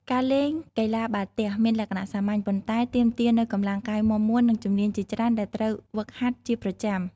ការលេង កីឡាបាល់ទះ មានលក្ខណៈសាមញ្ញ ប៉ុន្តែទាមទារនូវកម្លាំងកាយមាំមួន និងជំនាញជាច្រើនដែលត្រូវហ្វឹកហាត់ជាប្រចាំ។